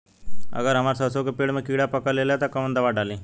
अगर हमार सरसो के पेड़ में किड़ा पकड़ ले ता तऽ कवन दावा डालि?